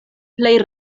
plej